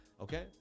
okay